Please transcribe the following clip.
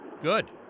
Good